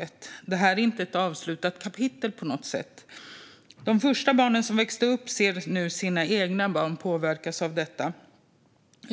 än i dag, så det här är inte på något sätt ett avslutat kapitel. De första barnen som växte upp med detta ser nu sina egna barn påverkas av det.